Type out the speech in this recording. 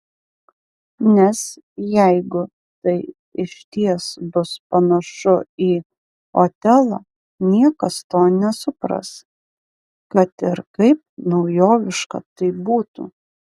nes jeigu tai išties bus panašu į otelą niekas to nesupras kad ir kaip naujoviška tai būtų